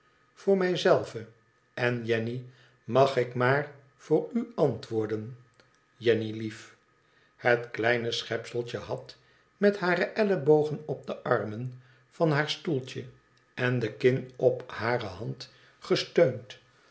voor mij zelve en jenny mag ik maar voor u antwoorden jenny lief het kleine schepseltje had met hare ellebogen op de armen van haar stoeltje en de kin op hare hand gesteund